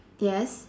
yes